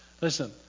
Listen